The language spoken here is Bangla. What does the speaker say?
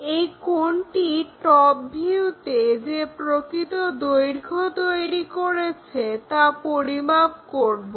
এই কোণটি টপ ভিউতে যে প্রকৃত দৈর্ঘ্য তৈরি করেছে তা পরিমাপ করবো